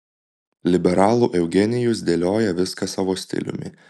liberalų eugenijus dėlioja viską savo stiliumi